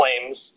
claims